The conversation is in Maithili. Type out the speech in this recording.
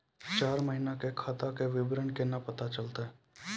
चार महिना के खाता के विवरण केना पता चलतै?